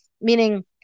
Meaning